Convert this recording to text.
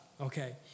Okay